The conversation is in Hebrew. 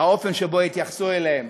האופן שבו התייחסו אליהם,